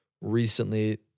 recently